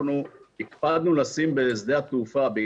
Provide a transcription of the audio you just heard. אנחנו הקפדנו לשים בשדה התעופה,